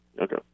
Okay